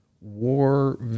war